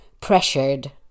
pressured